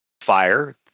fire